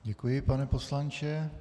Děkuji, pane poslanče.